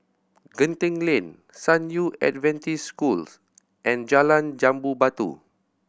Genting Lane San Yu Adventist Schools and Jalan Jambu Batu